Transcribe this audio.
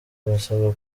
barasabwa